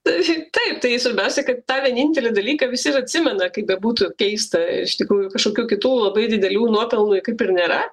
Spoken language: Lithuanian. taip taip tai svarbiausia kad tą vienintelį dalyką visi atsimena kaip bebūtų keista iš tikrųjų kažkokių kitų labai didelių nuopelnų kaip ir nėra